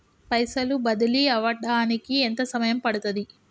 పైసలు బదిలీ అవడానికి ఎంత సమయం పడుతది?